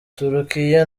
turukiya